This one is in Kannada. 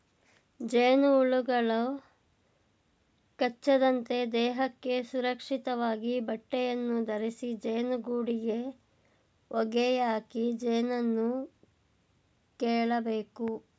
ಜೇನುಹುಳುಗಳು ಕಚ್ಚದಂತೆ ದೇಹಕ್ಕೆ ಸುರಕ್ಷಿತವಾದ ಬಟ್ಟೆಯನ್ನು ಧರಿಸಿ ಜೇನುಗೂಡಿಗೆ ಹೊಗೆಯಾಕಿ ಜೇನನ್ನು ಕೇಳಬೇಕು